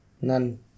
None